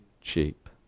cheap